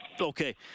okay